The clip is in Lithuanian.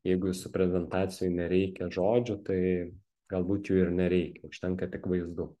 jeigu jūsų prezentacijoj nereikia žodžių tai galbūt jų ir nereikia užtenka tik vaizdų